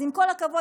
עם כל הכבוד,